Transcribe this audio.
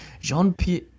Jean-Pierre